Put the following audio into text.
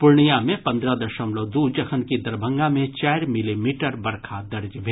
पूर्णिया मे पंद्रह दशमलव दू जखनकि दरभंगा मे चारि मिलीमीटर बरखा दर्ज भेल